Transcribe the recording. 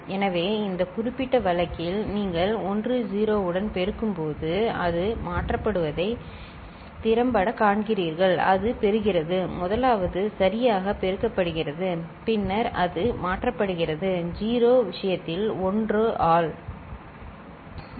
எனவே இந்த குறிப்பிட்ட வழக்கில் நீங்கள் 10 உடன் பெருக்கும்போது அது மாற்றப்படுவதை நீங்கள் திறம்படக் காண்கிறீர்கள் அது பெறுகிறது முதலாவது சரியாகப் பெருக்கப்படுகிறது பின்னர் அது மாற்றப்படுகிறது 0 விஷயத்தில் 1 ஆல் சரி